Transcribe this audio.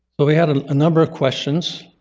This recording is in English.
but we had a number of questions,